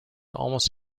almost